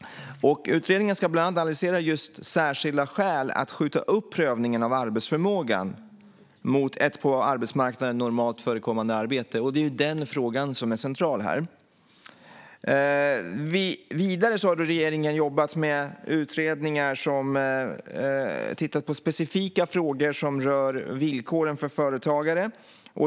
Utredningen ska bland annat analysera just särskilda skäl att skjuta upp prövningen av arbetsförmågan mot ett på arbetsmarknaden normalt förekommande arbete. Det är den frågan som är central här. Vidare har regeringen jobbat med utredningar som tittat på specifika frågor som rör villkoren för företagare.